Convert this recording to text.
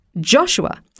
Joshua